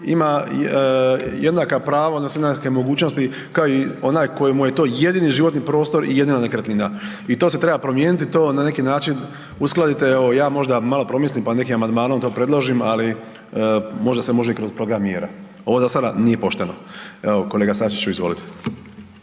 ima jednaka prava odnosno jednake mogućnosti kao i onaj koji mu je to jedini životni prostor i jedina nekretnina i to se treba promijeniti i to na neki način uskladite. Evo ja možda malo promislim pa nekim amandmanom to predložim, ali možda se može i kroz program mjera. Ovo za sada nije pošteno. Evo kolega Sačiću, izvolite.